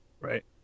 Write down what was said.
right